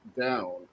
down